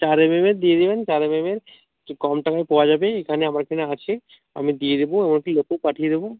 চার এমএম এর দিয়ে দিবেন চার এমএম এর কম টমে পাওয়া যাবে এখানে আমার এখানে আছে আমি দিয়ে দেবো এবং একটি লোকও পাঠিয়ে দেবো